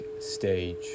stage